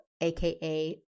AKA